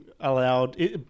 allowed